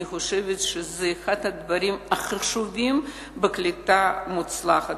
אני חושבת שזה אחד הדברים החשובים בקליטה מוצלחת.